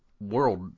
world